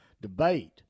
debate